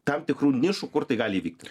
tam tikrų nišų kur tai gali įvykti